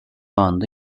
anda